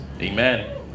amen